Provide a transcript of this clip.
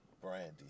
Brandy